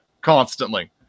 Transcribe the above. constantly